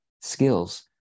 skills